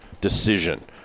decision